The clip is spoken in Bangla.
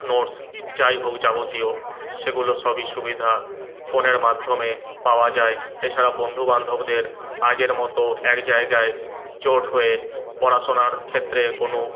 নোটস যাইহোক যাবতীয় সেগুলো সবই সুবিধা ফোনের মাধ্যমে পাওয়া যায় এছাড়া বন্ধুবান্ধবদের আগের মতো একজায়গায় জোট হয়ে পড়াশোনার ক্ষেত্রে কোনো